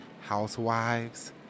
Housewives